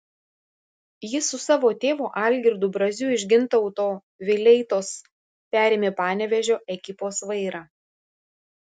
jis su savo tėvu algirdu braziu iš gintauto vileitos perėmė panevėžio ekipos vairą